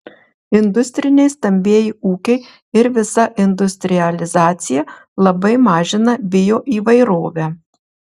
industriniai stambieji ūkiai ir visa industrializacija labai mažina bioįvairovę